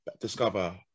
discover